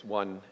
one